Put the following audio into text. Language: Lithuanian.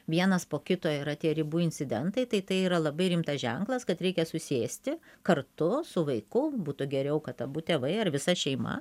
vienas po kito yra tie ribų incidentai tai tai yra labai rimtas ženklas kad reikia susėsti kartu su vaiku būtų geriau kad abu tėvai ar visa šeima